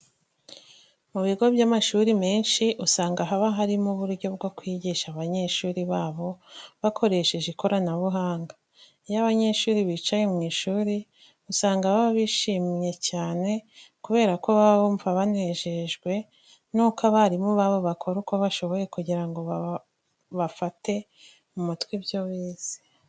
Mu bigo by'amashuri menshi, usanga haba harimo uburyo bwo kwigisha abanyeshuri babo bakoresheje ikoranabuhanga. Iyo abanyeshuri bicaye mu ishuri, usanga baba bishimye cyane kubera ko baba bumva banejejwe nuko abarimu babo bakora uko bashoboye kugira ngo bafate mu mutwe ibyo bize.